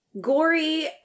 gory